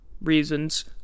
reasons